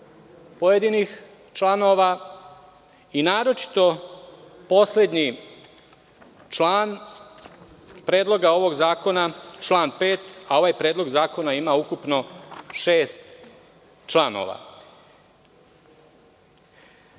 pojedinih članova i naročito poslednji član predloga ovog zakona - član 5, a ovaj predlog zakona ima ukupno šest